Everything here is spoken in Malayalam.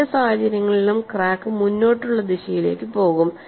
രണ്ട് സാഹചര്യങ്ങളിലും ക്രാക്ക് മുന്നോട്ടുള്ള ദിശയിലേക്ക് പോകും